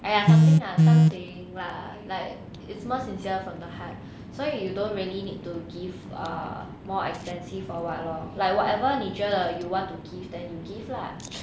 and ya something like some saying lah like it's most sincere from the heart so you don't really need to give ah more expensive or what lor like whatever 你觉得 you want to give then you give lah